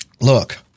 Look